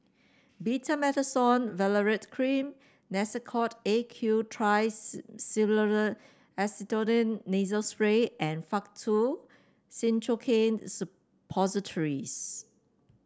Betamethasone Valerate Cream Nasacort A Q Triamcinolone Acetonide Nasal Spray and Faktu Cinchocaine Suppositories